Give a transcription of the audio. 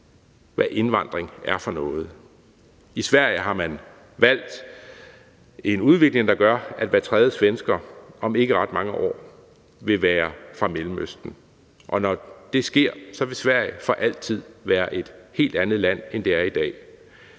hvad indvandring er for noget. I Sverige har man valgt en udvikling, der gør, at hver tredje svensker om ikke ret mange år vil være fra Mellemøsten, og når det sker, vil Sverige for altid være et helt andet land, end det er i dag.